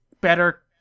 better